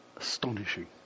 astonishing